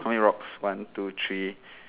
count your rocks one two three